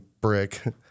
brick